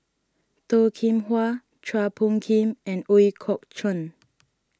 Toh Kim Hwa Chua Phung Kim and Ooi Kok Chuen